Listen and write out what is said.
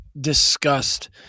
discussed